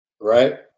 right